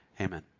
Amen